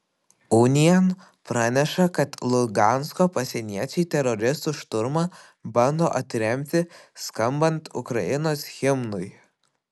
unian praneša kad lugansko pasieniečiai teroristų šturmą bando atremti skambant ukrainos himnui